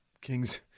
Kings